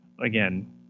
again